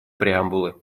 преамбулы